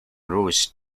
rose